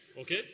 Okay